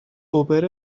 اوبر